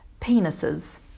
Penises